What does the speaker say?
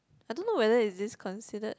I don't know whether is this considered